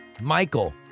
Michael